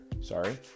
sorry